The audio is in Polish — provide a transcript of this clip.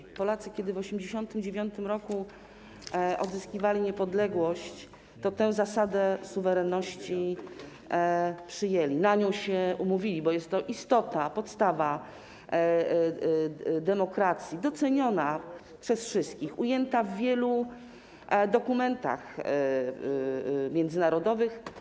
Polacy, kiedy w 1989 r. odzyskiwali niepodległość, tę zasadę suwerenności przyjęli, na nią się umówili, bo jest to istota, podstawa demokracji, doceniona przez wszystkich, ujęta w wielu dokumentach międzynarodowych.